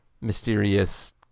mysterious